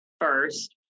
first